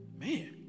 Man